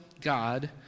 God